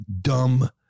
dumb